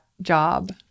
job